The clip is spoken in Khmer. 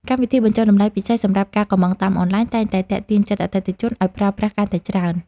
កម្មវិធីបញ្ចុះតម្លៃពិសេសសម្រាប់ការកម្ម៉ង់តាមអនឡាញតែងតែទាក់ទាញចិត្តអតិថិជនឱ្យប្រើប្រាស់កាន់តែច្រើន។